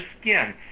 skin